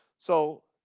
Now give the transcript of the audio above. so